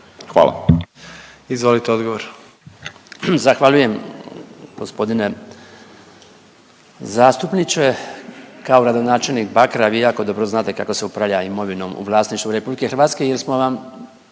Branko (HDZ)** Zahvaljujem gospodine zastupniče. Kao gradonačelnik Bakra vi jako dobro znate kako se upravlja imovinom u vlasništvu RH jer smo vam